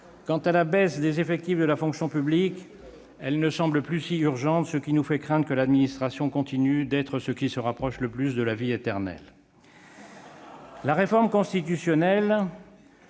quant à la baisse des effectifs de la fonction publique, elle ne semble plus si urgente, ce qui nous fait craindre que l'administration ne continue d'être ce qui se rapproche le plus de la vie éternelle ... La réforme constitutionnelle